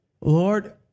Lord